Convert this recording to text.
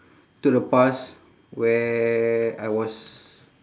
to the past where I was